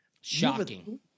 Shocking